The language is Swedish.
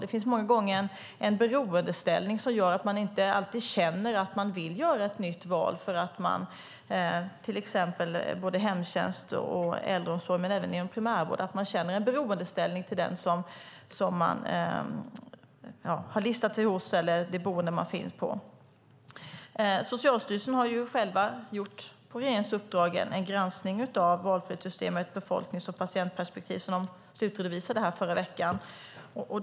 Det finns många gånger ett beroendeförhållande inom både hemtjänst och äldreomsorg men även inom primärvården som gör att man inte alltid känner att man vill göra ett nytt val. Socialstyrelsen har på regeringens uppdrag gjort en granskning av valfrihetssystemet ur ett befolknings och patientperspektiv som slutredovisades i förra veckan.